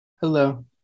Hello